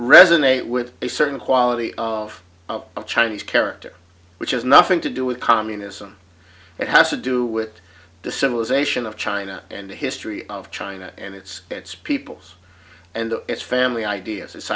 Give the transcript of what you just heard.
resonate with a certain quality of chinese character which has nothing to do with communism it has to do with the civilization of china and the history of china and its its peoples and its family ideas this